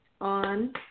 on